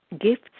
Gifts